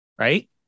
right